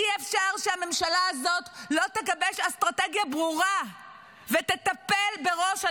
אי-אפשר שהממשלה הזאת לא תגבש אסטרטגיה ברורה ותטפל בראש הנחש.